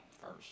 first